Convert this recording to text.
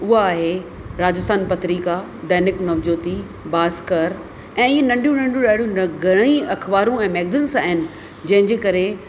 उहा आहे राजस्थान पत्रिका दैनिक नवज्योति भास्कर ऐं ई नंढियूं नंढियूं ॾाढियूं इन घणेई अख़बारू ऐं मैगजींस आहिनि जंहिंजे करे